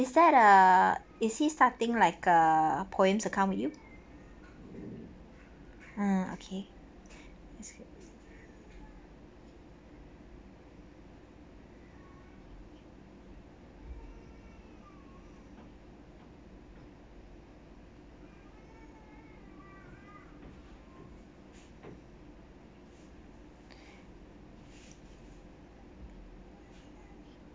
is that a is he starting like uh POEMS account with you mm okay is good